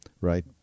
right